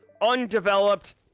undeveloped